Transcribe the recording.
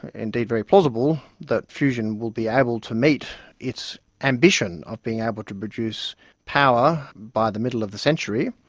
indeed very plausible, that fusion will be able to meet its ambition of being able to produce power by the middle of the century.